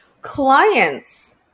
clients